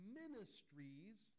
ministries